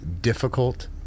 difficult